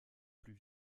plus